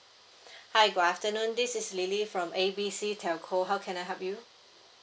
hi good afternoon this is lily from A B C telco how can I help you